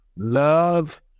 Love